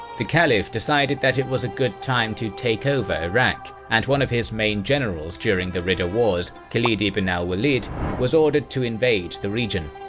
the caliph decided that it is a good time to take over iraq, and one of his main generals during the ridda wars khalid ibn al-walid was ordered to invade the region.